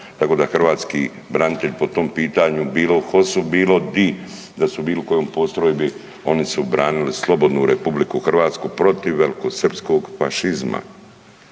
tako da hrvatski branitelji po tom pitanju bilo u HOS-u, bilo di, da su bili u kojoj postrojbi oni su branili slobodnu RH protiv velikosrpskog fašizma